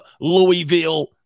Louisville